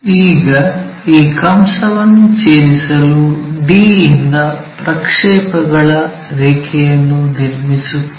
ಈಗ ಈ ಕಂಸವನ್ನು ಛೇದಿಸಲು d ಯಿಂದ ಪ್ರಕ್ಷೇಪಗಳ ರೇಖೆಯನ್ನು ನಿರ್ಮಿಸುತ್ತೇವೆ